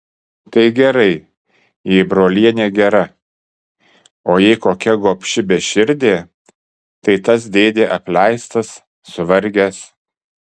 tai gerai jei brolienė gera o jei kokia gobši beširdė tai tas dėdė apleistas suvargęs